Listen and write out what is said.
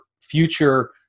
future